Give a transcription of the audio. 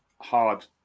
hard